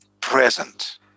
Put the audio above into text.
present